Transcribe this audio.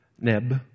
Neb